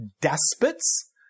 despots